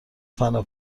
فنا